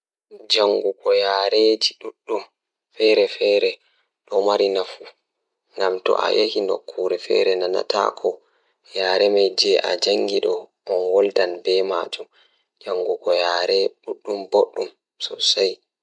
Ko laawol ngam children ɓe njangol poetry ko njiddaade hoore rewɓe ngal. Nde poetry ngoni waawi hokkude fiyaangu ngal e nguurndam sabu waawde njangol. Kadi, Poetry waawi jokkondirde jengɗe e njangol, no ndiyam sabu nguurndam ngal.